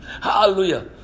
Hallelujah